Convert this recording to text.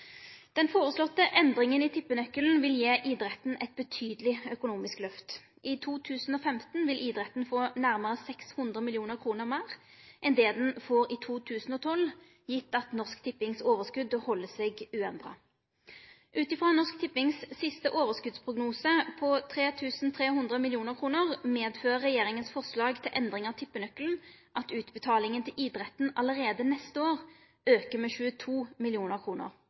Den foreslåtte endringa i tippenøkkelen vil gi idretten eit monaleg økonomisk løft. I 2015 vil idretten få nærmare 600 mill. kr meir enn det han får i 2012, gitt at Norsk Tippings overskot held seg uendra. Ut frå Norsk Tippings siste overskotsprognose på 3 300 mill. kr fører regjeringas forslag til endring av tippenøkkelen til at utbetalinga til idretten allereie neste år aukar med 22